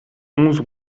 onze